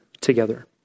together